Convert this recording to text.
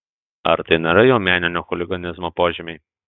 ar tai nėra jau meninio chuliganizmo požymiai